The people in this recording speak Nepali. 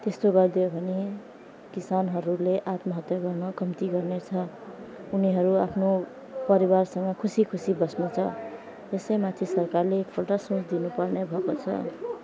त्यस्तो गरिदियो भने किसानहरूले आत्महत्या गर्न कम्ती गर्नेछ उनीहरू आफ्नो परिवारसँग खुसी खुसी बस्नेछ त्यसैमाथि सरकारले एकपल्ट सोचिदिनुपर्ने भएको छ